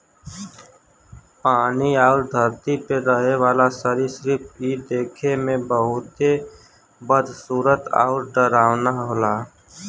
पानी आउर धरती पे रहे वाला सरीसृप इ देखे में बहुते बदसूरत आउर डरावना होला